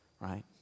right